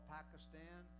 Pakistan